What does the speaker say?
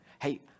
Hey